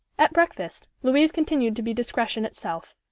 at breakfast, louise continued to be discretion itself.